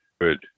Good